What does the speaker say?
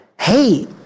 Hey